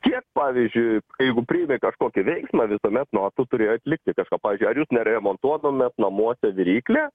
kiek pavyzdžiui jeigu priimi kažkokį veiksmą visuomet no tu turi atlikti kažką pavyzdžiui ar jūs neremontuotumėt namuose viryklę